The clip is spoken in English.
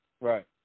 Right